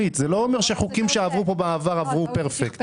לא נאמר שחוקים שעברו פה בעבר עברו פרפקט.